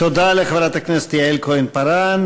תודה לחברת הכנסת יעל כהן-פארן.